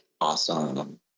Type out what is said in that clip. Awesome